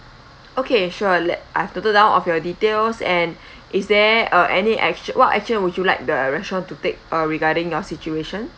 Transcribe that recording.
okay sure let I've noted down all of your details and is there uh any actio~ what action would you like the restaurant to take uh regarding the situation